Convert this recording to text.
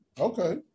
Okay